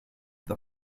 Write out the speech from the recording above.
the